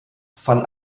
van